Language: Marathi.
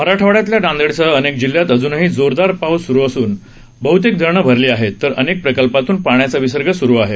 मराठवाड्यातल्या नांदेडसह अनेक जिल्ह्यात अजूनही जोरदार पाऊस सुरु असून बहृतेक धरणं भरली आहेत तर अनेक प्रकल्पातून पाण्याचा विसर्ग सूरु आहे